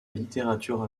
littérature